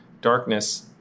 darkness